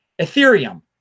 ethereum